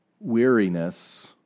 weariness